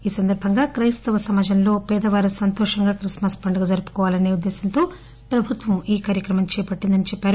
ఈ సందర్బంగా క్లెస్తవ సమాజంలో పేదవారు సంతోషంగా క్రిస్మస్ పండుగ జరుపుకోవాలసే ఉద్దేశంతో ప్రభుత్వం ఈ కార్యక్రమం చేపట్టిందన్నారు